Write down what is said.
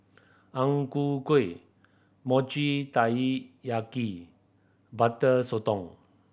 Ang Ku Kueh Mochi Taiyaki Butter Sotong